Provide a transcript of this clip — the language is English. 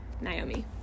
Naomi